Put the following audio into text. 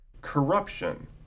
corruption